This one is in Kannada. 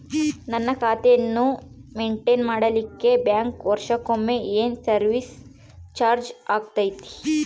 ನನ್ನ ಖಾತೆಯನ್ನು ಮೆಂಟೇನ್ ಮಾಡಿಲಿಕ್ಕೆ ಬ್ಯಾಂಕ್ ವರ್ಷಕೊಮ್ಮೆ ಏನು ಸರ್ವೇಸ್ ಚಾರ್ಜು ಹಾಕತೈತಿ?